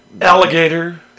Alligator